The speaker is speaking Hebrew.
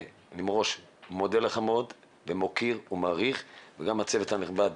אני מראש מודה לך מאוד ומוקיר ומעריך וגם הצוות הנכבד